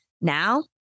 Now